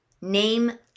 Name